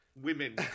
Women